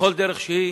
ובכל דרך שהיא